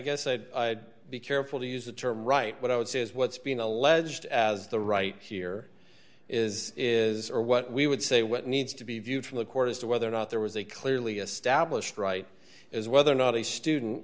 guess i'd be careful to use the term right what i would say is what's being alleged as the right here is is or what we would say what needs to be viewed from the court as to whether or not there was a clearly established right is whether or not a student